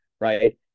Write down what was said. right